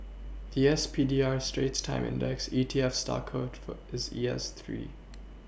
the S P D R Straits times index E T F stock code for is E S three